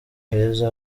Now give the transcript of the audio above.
heza